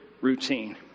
routine